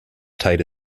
tight